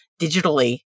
digitally